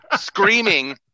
screaming